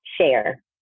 share